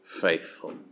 faithful